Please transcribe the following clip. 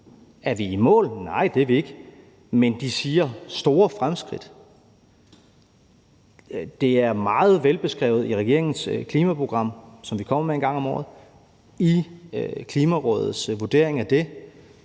Er vi i mål? Nej, det er vi ikke, men de skriver »store fremskridt«. Det er meget velbeskrevet i regeringens klimaprogram, som vi kommer med en gang om året, altså Klimarådets vurdering af det,